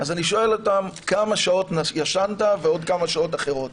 אני שואל אותם כמה שעות ישנת ועוד כמה שעות אחרות.